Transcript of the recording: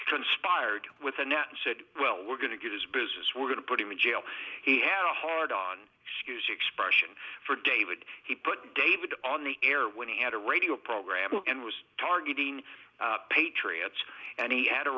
conspired with the net and said well we're going to get his business we're going to put him in jail he had a hard on scuse expression for david he put david on the air when he had a radio program and was targeting patriots and he had a